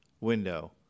window